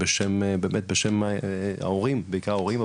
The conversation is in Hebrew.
בשם ההורים בעיקר ההורים,